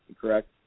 correct